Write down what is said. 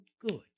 good